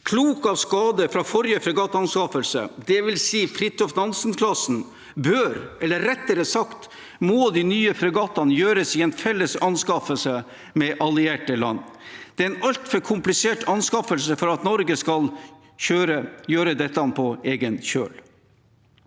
Klok av skade fra forrige fregattanskaffelse, dvs. Fridtjof Nansen-klassen, bør eller rettere sagt må de nye fregattene anskaffes i fellesskap med allierte land. Det er en altfor komplisert anskaffelse til at Norge skal gjøre dette på egen kjøl.